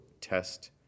test